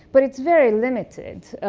but it's very limited.